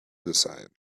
decide